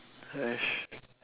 !hais!